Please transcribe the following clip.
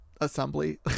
assembly